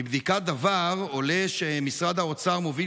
מבדיקת "דבר" עולה שמשרד האוצר מוביל